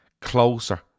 closer